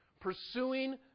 pursuing